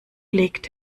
legt